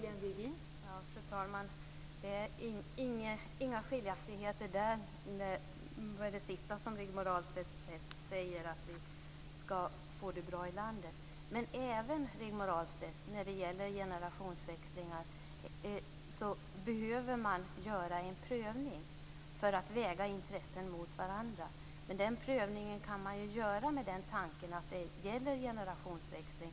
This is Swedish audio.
Fru talman! Det finns inga skiljaktigheter vad gäller det sista som Rigmor Ahlstedt säger, dvs. att vi skall få det bra i landet. Men även när det gäller generationsväxlingar, Rigmor Ahlstedt, behöver man göra en prövning och väga intressen mot varandra. Den prövningen kan man göra med den tanken att det gäller generationsväxling.